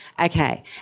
Okay